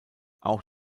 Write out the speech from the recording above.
auch